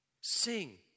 Sing